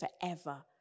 forever